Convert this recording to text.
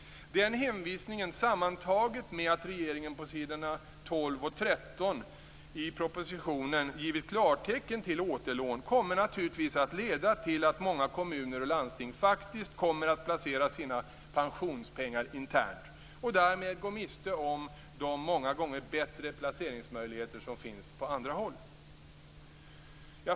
Den hänvisningen sammantaget med att regeringen på s. 12 och 13 i propositionen gett klartecken till återlån kommer naturligtvis att leda till att många kommuner och landsting faktiskt kommer att placera sina pensionspengar internt och därmed gå miste om de många gånger bättre placeringsmöjligheter som finns på andra håll.